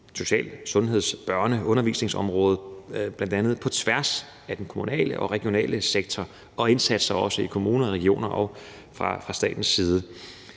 social- og sundhedsområdet og børne- og undervisningsområdet – bl.a. på tværs af den kommunale og regionale sektor. Der er indsatser fra kommuner og regioner og fra statens side.